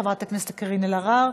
חברת הכנסת קארין אלהרר,